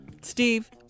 steve